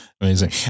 Amazing